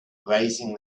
raising